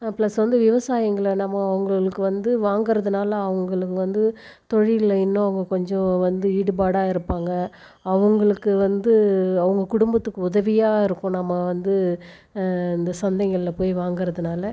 plus வந்து விவசாயிங்களை நம்ம அவங்களுக்கு வந்து வாங்குகிறதுனால அவங்களுக்கு வந்து தொழிலில் இன்னும் அவங்க கொஞ்சம் வந்து ஈடுபாடாக இருப்பாங்கள் அவங்களுக்கு வந்து அவங்க குடும்பத்துக்கு உதவியாக இருக்கும் நம்ம வந்து இந்த சந்தைகளில் போகி வாங்குகிறதுனால